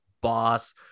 boss